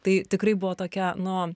tai tikrai buvo tokia nu